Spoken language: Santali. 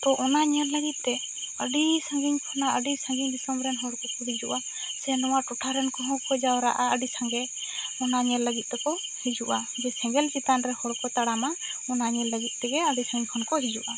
ᱛᱚ ᱚᱱᱟ ᱧᱮᱞ ᱞᱟᱹᱜᱤᱫ ᱛᱮ ᱟᱹᱰᱤ ᱥᱟᱺᱜᱤᱧ ᱠᱷᱚᱱᱟᱜ ᱟᱹᱰᱤ ᱥᱟᱺᱜᱤᱧ ᱫᱤᱥᱚᱢ ᱨᱮᱱ ᱦᱚᱲ ᱠᱚ ᱦᱤᱡᱩᱜ ᱼᱟ ᱥᱮ ᱱᱚᱣᱟ ᱴᱚᱴᱷᱟ ᱨᱮᱱ ᱦᱚᱲ ᱠᱚᱦᱚᱸ ᱠᱚ ᱡᱟᱣᱨᱟᱜᱼᱟ ᱟᱹᱰᱤ ᱥᱟᱸᱜᱮ ᱚᱱᱟ ᱧᱮᱞ ᱞᱟᱹᱜᱤᱫ ᱛᱮ ᱠᱚ ᱦᱤᱡᱩᱜᱼᱟ ᱡᱮ ᱥᱮᱸᱜᱮᱞ ᱪᱮᱛᱟᱱ ᱨᱮ ᱦᱚᱲ ᱠᱚ ᱛᱟᱲᱟᱢᱟ ᱚᱱᱟ ᱧᱮᱞ ᱞᱟᱹᱜᱤᱫ ᱛᱮᱜᱮ ᱟᱹᱰᱤ ᱥᱟᱺᱜᱤᱧ ᱠᱷᱚᱱ ᱠᱚ ᱦᱤᱡᱩᱜᱼᱟ